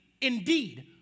indeed